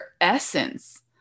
essence